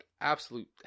absolute